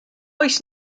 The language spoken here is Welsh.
oes